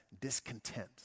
discontent